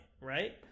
right